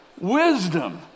wisdom